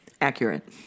Accurate